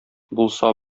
булса